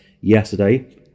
yesterday